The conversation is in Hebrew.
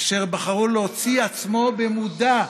אשר בחר להוציא עצמו במודע,